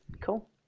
Cool